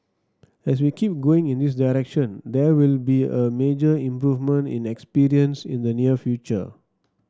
as we keep going in this direction there will be a major improvement in experience in the near future